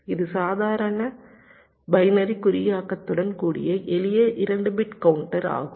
இது சாதாரண பைனரி குறியாக்கத்துடன் கூடிய எளிய 2 பிட் கவுண்டர் ஆகும்